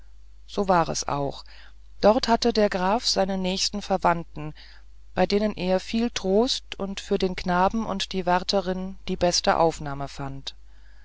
so war es auch dort hatte der graf seine nächsten verwandten bei denen er viel trost und für den knaben und die wärterin die beste aufnahme fand